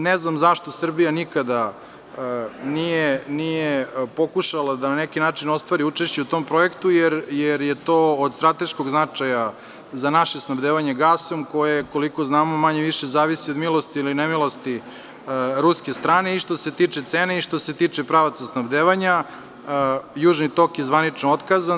Ne znam zašto Srbija nikada nije pokušala da na neki način ostvari učešće u tom projektu, jer je to od strateškog značaja za naše snabdevanje gasom, koje, koliko znamo, manje-više zavisi od milosti ili nemilosti ruske strane i što se tiče cene i što se tiče pravaca snabdevanja „Južni tok“ je zvanično otkazan.